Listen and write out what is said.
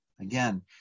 again